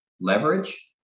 Leverage